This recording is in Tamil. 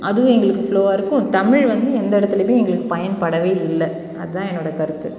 அதுவும் எங்களுக்கு ஃப்ளோவாக இருக்கும் தமிழ் வந்து எந்த இடத்துலயுமே எங்களுக்கு பயன்படவே இல்லை அதுதான் என்னோடய கருத்து